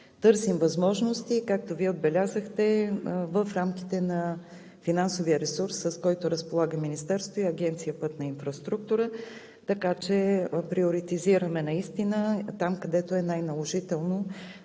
Търсим възможности и както Вие отбелязахте, в рамките на финансовия ресурс, с който разполага Министерството и Агенция „Пътна инфраструктура“. Наистина приоритизираме там, където е най-наложително